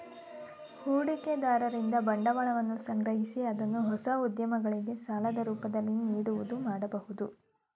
ಹೂಡಿಕೆದಾರರಿಂದ ಬಂಡವಾಳವನ್ನು ಸಂಗ್ರಹಿಸಿ ಅದನ್ನು ಹೊಸ ಉದ್ಯಮಗಳಿಗೆ ಸಾಲದ ರೂಪದಲ್ಲಿ ನೀಡುವುದು ಮಾಡಬಹುದು